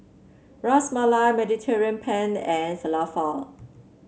Ras Malai Mediterranean Penne and Falafel